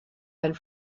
and